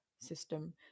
system